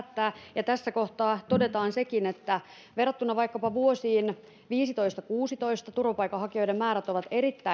päättää tässä kohtaa todetaan sekin että verrattuna vaikkapa vuosiin viisitoista viiva kuusitoista turvapaikanhakijoiden määrät ovat erittäin